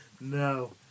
No